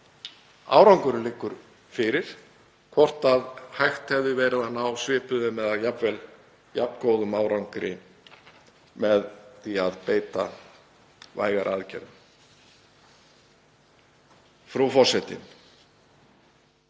árangurinn liggur fyrir — hvort hægt hefði verið að ná svipuðum eða jafnvel jafn góðum árangri með því að beita vægari aðgerðum. Frú forseti.